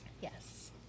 Yes